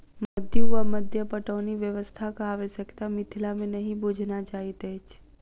मद्दु वा मद्दा पटौनी व्यवस्थाक आवश्यता मिथिला मे नहि बुझना जाइत अछि